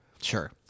Sure